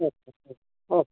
ಸರಿ ಓಕೆ